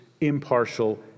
impartial